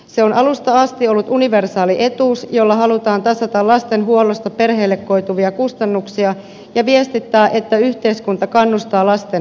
se on alusta asti ollut universaali etuus jolla halutaan tasata lasten huollosta perheille koituvia kustannuksia ja viestittää että yhteiskunta kannustaa lasten